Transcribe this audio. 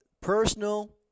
personal